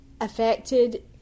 affected